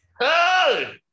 Hey